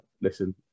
listen